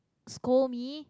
scold me